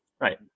right